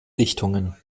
dichtungen